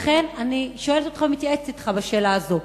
לכן, אני שואלת אותך ומתייעצת אתך בשאלה הזאת.